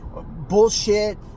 bullshit